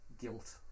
guilt